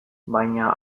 baina